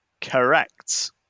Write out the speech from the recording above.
Correct